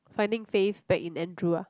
finding faith back in Andrew ah